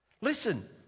Listen